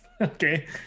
Okay